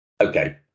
Okay